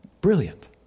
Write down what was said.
Brilliant